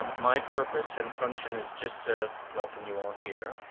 um my purpose and function is just to welcome you all here.